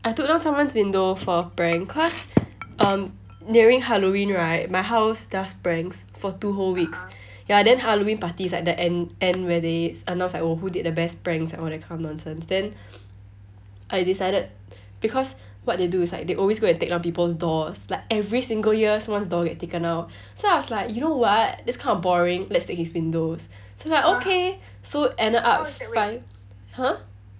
I took down someone's window for a prank cause um nearing halloween right my house does pranks for two whole weeks ya then halloween party is like the end end where they announce like who did the best pranks and all that kind of nonsense then I decided because what they do is like they always go and take down people's doors like every single year someone's door gets taken down so I was like you know what that's kind of boring let's take his windows so like okay so ended up fun~ !huh!